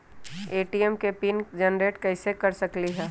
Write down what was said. हम ए.टी.एम के pin generate कईसे कर सकली ह?